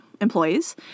employees